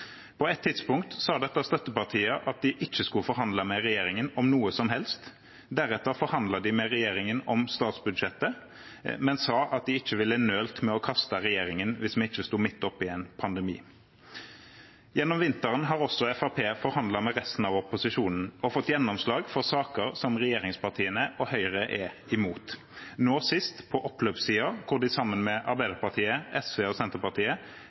På et tidspunkt sa dette støttepartiet at de ikke skulle forhandle med regjeringen om noe som helst. Deretter forhandlet de med regjeringen om statsbudsjettet, men sa at de ikke ville nølt med å kaste regjeringen hvis vi ikke sto midt oppi en pandemi. Gjennom vinteren har Fremskrittspartiet også forhandlet med resten av opposisjonen og fått gjennomslag for saker som regjeringspartiene og Høyre er imot, nå sist på oppløpssiden, hvor de sammen med Arbeiderpartiet, SV og Senterpartiet